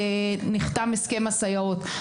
נחתם הסכם הסייעות,